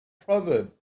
proverb